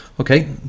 Okay